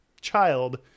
child